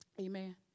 Amen